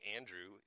Andrew